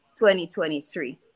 2023